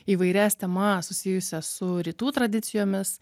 įvairias temas susijusias su rytų tradicijomis